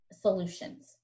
solutions